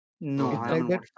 No